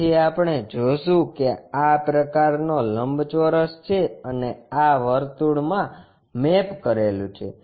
તેથી આપણે જોશું કે આ પ્રકારનો લંબચોરસ છે અને આ વર્તુળમાં મેપ કરેલું છે